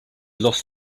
lost